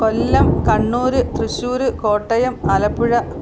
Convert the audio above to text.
Kollam Kannur Thrissur Kottayam Alappuzha